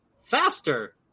faster